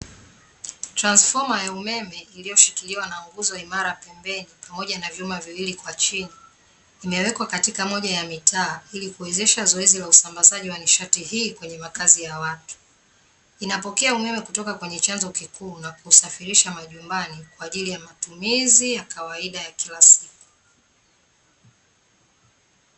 Transfoma ya umeme iliyoshikiliwa na nguzo imara pembeni, pamoja na vyuma viwili kwa chini, imewekwa katika moja ya mitaa, ili kuwezesha zoezi la usambazaji wa nishati hii kwenye makazi ya watu. Inapokea umeme kutoka kwenye chanzo kikuu na kuusafirisha majumbani kwa ajili ya matumizi ya kawaida ya kila siku.